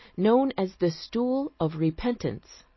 known as the stool of repentance.